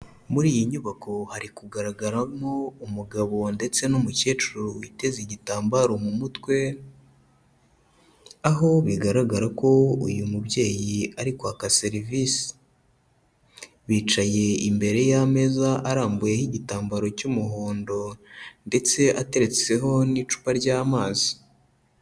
Muri iyi nyubako hari kugaragaramo umugabo ndetse n'umukecuru witeze igitambaro mu mutwe, aho bigaragara ko uyu mubyeyi ari kwaka serivisi. Bicaye imbere y'ameza arambuyeho igitambaro cy'umuhondo ndetse ateretseho n'icupa ry'amazi.